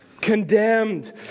condemned